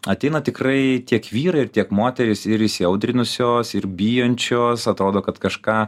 ateina tikrai tiek vyrai ir tiek moterys ir įsiaudrinusios ir bijančios atrodo kad kažką